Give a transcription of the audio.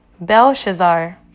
Belshazzar